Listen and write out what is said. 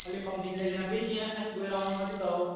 अलिक कम्ती मिलाइदिनु न बेसी होइन खालि गएर आउनु मात्रै त हो